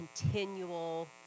continual